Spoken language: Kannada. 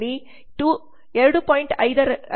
5 ರಿಂದ 3